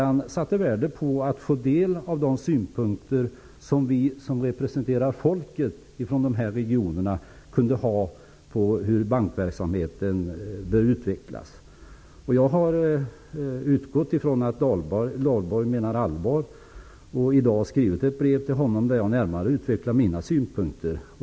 Han satte värde på att få del av de synpunkter vilka vi som representerar folket i dessa regioner kan ha på bankverksamhetens utveckling. Jag har utgått från att Dahlborg menar allvar. Därför har jag i dag skrivit ett brev till honom, i vilket jag närmare utvecklar mina synpunkter.